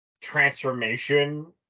transformation